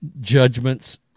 judgments